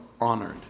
honored